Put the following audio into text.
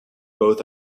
both